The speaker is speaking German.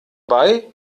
bei